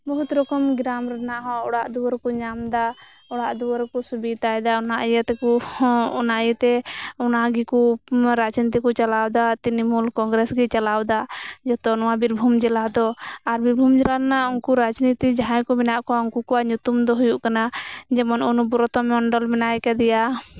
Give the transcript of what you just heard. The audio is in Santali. ᱵᱚᱦᱩᱛ ᱨᱚᱠᱚᱢ ᱜᱨᱟᱢ ᱨᱮᱱᱟᱜᱦᱚᱸ ᱚᱲᱟᱜ ᱫᱩᱣᱟᱹᱨ ᱠᱩ ᱧᱟᱢᱮᱫᱟ ᱚᱲᱟᱜ ᱫᱩᱣᱟᱹᱨᱠᱩ ᱥᱩᱵᱤᱫᱟᱭᱮᱫᱟ ᱚᱱᱟ ᱤᱭᱟᱹᱛᱮᱠᱩ ᱦᱚᱸ ᱚᱱᱟ ᱤᱭᱟᱹᱛᱮ ᱚᱱᱟᱜᱮᱠᱩ ᱨᱟᱡᱽᱱᱤᱛᱤᱠᱩ ᱪᱟᱞᱟᱣᱮᱫᱟ ᱛᱨᱤᱱᱚᱢᱩᱞ ᱠᱚᱝᱜᱨᱮᱥ ᱜᱤᱭ ᱪᱟᱞᱟᱣᱮᱫᱟ ᱡᱚᱛᱚ ᱱᱚᱣᱟ ᱵᱤᱨᱵᱷᱩᱢ ᱡᱮᱞᱟᱫᱚ ᱟᱨ ᱵᱤᱨᱵᱷᱩᱢ ᱡᱮᱞᱟ ᱨᱮᱱᱟᱜ ᱩᱱᱠᱩ ᱨᱟᱽᱱᱤᱛᱤ ᱡᱟᱦᱟᱸᱭᱠᱩ ᱢᱮᱱᱟᱜ ᱠᱚᱣᱟ ᱩᱱᱠᱩ ᱠᱩᱣᱟᱜ ᱧᱩᱛᱩᱢ ᱫᱚ ᱦᱩᱭᱩᱜ ᱠᱟᱱᱟ ᱡᱮᱢᱚᱱ ᱚᱱᱩᱵᱨᱚᱛᱚ ᱢᱚᱱᱰᱚᱞ ᱢᱮᱱᱟᱭ ᱟᱠᱟᱫᱤᱭᱟ